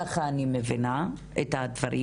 ככה אני מבינה את הדברים.